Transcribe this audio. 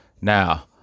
Now